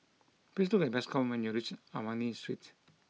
please look for Bascom when you reach Ernani Street